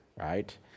right